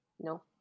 no